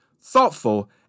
thoughtful